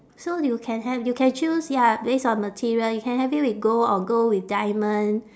so you can have you can choose ya based on material you can have it with gold or gold with diamond